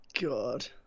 god